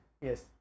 Yes